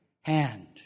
hand